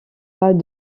pas